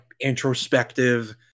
introspective